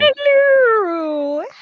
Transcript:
Hello